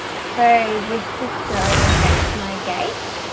so this disability affects my gait,